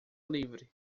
livre